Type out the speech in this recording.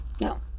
no